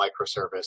microservice